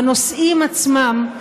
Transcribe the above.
בנושאים עצמם,